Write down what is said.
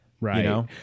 Right